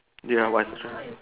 ya